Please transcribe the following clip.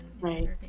Right